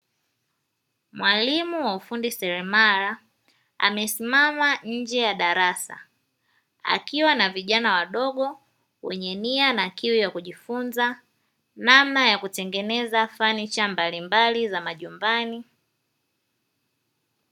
Mwalimu wa ufundi seremala amesimama nje ya darasa akiwa na vijana wadogo, wenye nia na kiu ya kujifunza namna ya kutengeneza fanicha mbalimbali za majumbani.